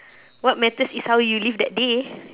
what matters is how you live that day